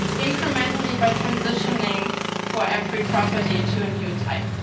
incrementally by transitioning for every property to a new type.